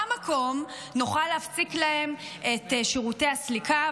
במקום נוכל להפסיק להם את שירותי הסליקה.